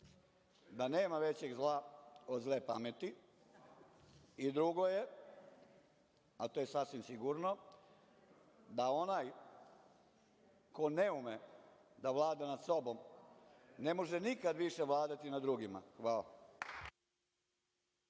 da nema većeg zla od zle pameti i drugo je, a to je sasvim sigurno, da onaj ko ne ume da vlada nad sobom ne može nikad više vladati nad drugima. Hvala.